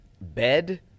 bed